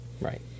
right